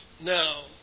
Now